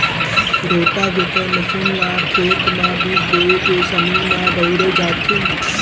rotavator machine ल खेत म बीज बोए के समे म बउरे जाथे